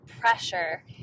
pressure